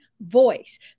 voice